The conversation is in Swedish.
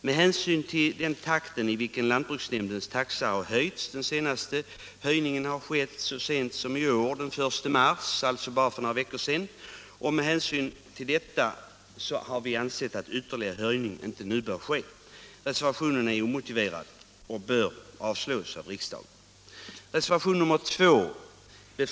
Med hänsyn till den takt i vilken lantbruksnämndens taxa har höjts — den senaste höjningen skedde så sent som den 1 mars i år, alltså för bara några veckor sedan — har vi ansett att ytterligare höjning inte nu bör göras. Reservationen är omotiverad och bör avslås av riksdagen.